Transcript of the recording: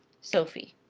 sophie.